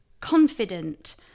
confident